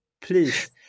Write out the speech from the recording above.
Please